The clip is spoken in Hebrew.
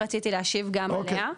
רציתי להשיב גם עליה.